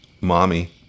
Mommy